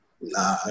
Nah